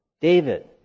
David